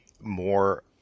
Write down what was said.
more